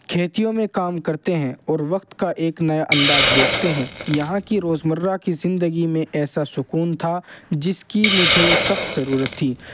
کھیتوں میں کام کرتے ہیں اور وقت کا ایک نیا انداز دیکھتے ہیں یہاں کی روزمرہ کی زندگی میں ایسا سکون تھا جس کی مجھے سخت ضرورت تھی